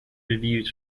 reviews